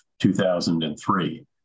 2003